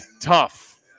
tough